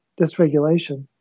dysregulation